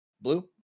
Blue